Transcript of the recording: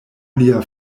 lia